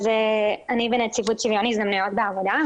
מהנציבות לשוויון הזדמנויות בעבודה,